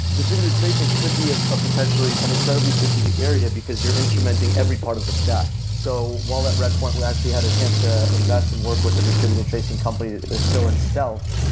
distributed tracking could be ah ah potentially an incredibly strategic area, because you're instrumenting every part of the stack. so while at redpoint, we actually had a chance to invest and work with a distributed tracking company, they're still in stealth.